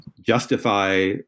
justify